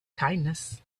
kindness